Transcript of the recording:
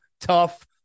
tough